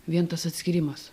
vien tas atskyrimas